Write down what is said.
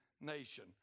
nation